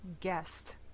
guest